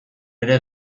ere